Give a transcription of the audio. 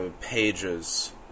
pages